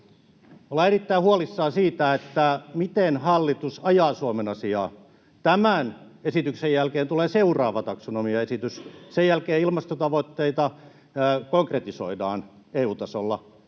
ollaan erittäin huolissamme siitä, miten hallitus ajaa Suomen asiaa. Tämän esityksen jälkeen tulee seuraava taksonomiaesitys. Sen jälkeen ilmastotavoitteita konkretisoidaan EU-tasolla.